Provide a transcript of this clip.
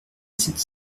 cette